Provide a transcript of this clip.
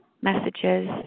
messages